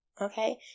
okay